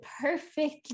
perfect